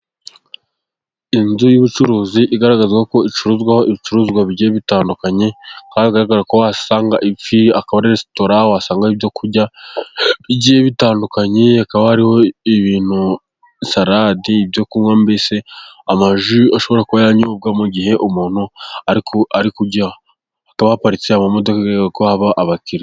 Inzu y'ubucuruzi igaragara ko icuruzwaho ibicuruzwa bitandukanye. Hagaragara ko wasanga ifi, akaba ari resitora wasangamo ibyo kurya bigiye bitandukanye. Hakaba hariho ibintu salade, ibyo kunywa mbese amaji ashobora kuba yanyobwa mu gihe umuntu ari kurya. Hakaba aparitse amamodoka, bigaragara ko haba abakiriya.